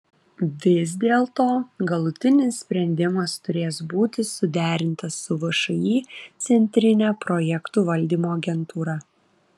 vis dėlto galutinis sprendimas turės būti suderintas su všį centrine projektų valdymo agentūra